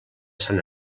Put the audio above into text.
sant